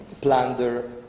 plunder